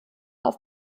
auf